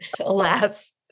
Alas